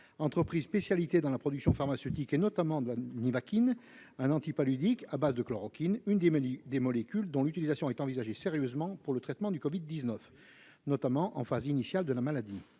est spécialisée dans la production pharmaceutique, en particulier de la nivaquine, un antipaludique à base de chloroquine, qui est l'une des molécules dont l'utilisation est envisagée sérieusement pour le traitement du Covid-19, notamment en phase initiale de la maladie.